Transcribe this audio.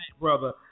brother